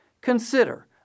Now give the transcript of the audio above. Consider